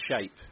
shape